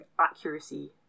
accuracy